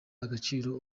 agaciro